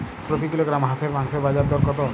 প্রতি কিলোগ্রাম হাঁসের মাংসের বাজার দর কত?